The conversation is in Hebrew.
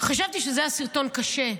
חשבתי שזה היה סרטון קשה,